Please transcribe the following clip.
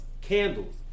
Candles